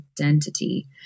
identity